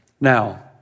Now